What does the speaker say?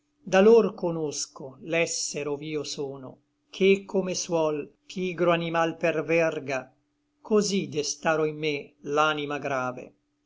conosco l'esser ov'io sono ché come suol pigro animal per verga cosí destaro in me l'anima grave